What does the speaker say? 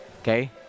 Okay